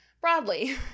broadly